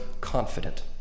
confident